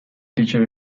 teacher